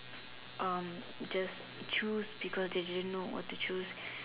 um just choose because they didn't know what to choose